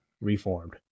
reformed